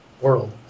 world